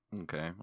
Okay